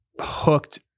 hooked